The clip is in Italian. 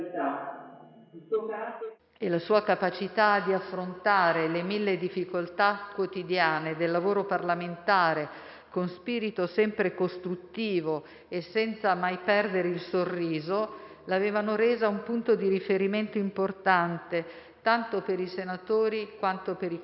e la sua capacità di affrontare le mille difficoltà quotidiane del lavoro parlamentare con spirito sempre costruttivo e senza mai perdere il sorriso l'avevano resa un punto di riferimento importante tanto per i senatori quanto per i colleghi.